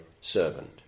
servant